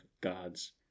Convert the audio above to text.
God's